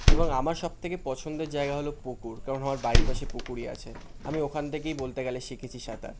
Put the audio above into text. এবং আমার সব থেকে পছন্দের জায়গা হলো পুকুর কারণ আমার বাড়ির পাশে পুকুরই আছে আমি ওখান থেকেই বলতে গেলে শিখেছি সাঁতার